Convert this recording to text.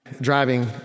driving